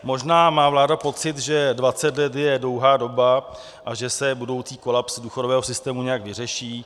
Možná má vláda pocit, že dvacet let je dlouhá doba a že se budoucí kolaps důchodového systému nějak vyřeší.